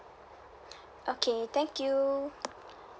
okay thank you